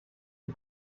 die